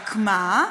רק מה?